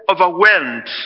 overwhelmed